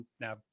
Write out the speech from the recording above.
now